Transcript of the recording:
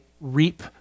reap